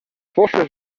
forces